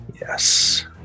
yes